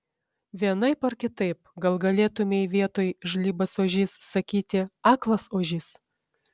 vienaip ar kitaip gal galėtumei vietoj žlibas ožys sakyti aklas ožys